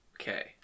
Okay